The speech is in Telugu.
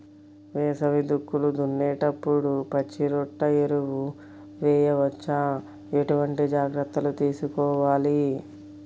వేసవి దుక్కులు దున్నేప్పుడు పచ్చిరొట్ట ఎరువు వేయవచ్చా? ఎటువంటి జాగ్రత్తలు తీసుకోవాలి?